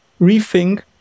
rethink